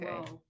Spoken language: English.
okay